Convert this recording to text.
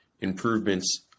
improvements